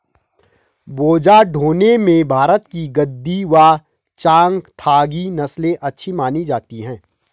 बोझा ढोने में भारत की गद्दी व चांगथागी नस्ले अच्छी मानी जाती हैं